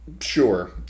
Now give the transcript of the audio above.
Sure